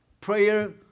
prayer